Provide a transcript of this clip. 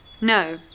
No